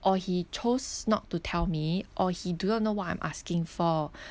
or he chose not to tell me or he do not know what I'm asking for